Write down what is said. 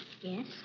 Yes